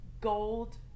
gold